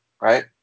right